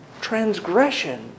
transgression